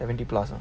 seventy plus lah